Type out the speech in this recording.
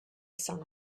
sun